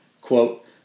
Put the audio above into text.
Quote